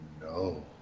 no